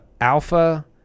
Alpha